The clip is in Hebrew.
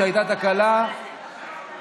שהייתה תקלה במחשבו.